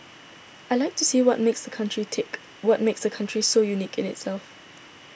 I like to see what makes the country tick what makes the country so unique in itself